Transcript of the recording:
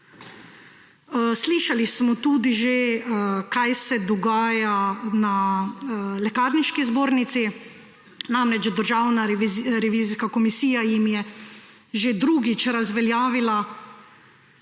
Slišali smo tudi že, kaj se dogaja na Lekarniški zbornici. Namreč, Državna revizijska komisija jim je že drugič razveljavila